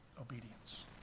obedience